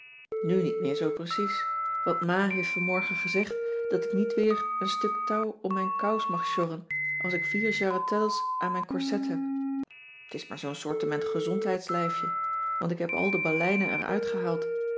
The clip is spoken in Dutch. nu niet meer zoo precies want ma heeft vanmorgen gezegd dat ik niet weer een stuk touw om mijn kous mag sjorren als ik vier jarretelles aan mijn corset heb t is maar zoo'n soortement gezondheidslijfje want ik heb al de baleinen er uitgehaald